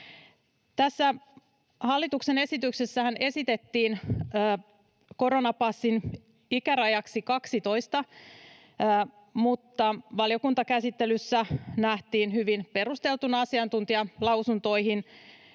hallituksen esityksessähän esitettiin koronapassin ikärajaksi 12, mutta valiokuntakäsittelyssä nähtiin hyvin perusteltuna asiantuntijalausuntoihin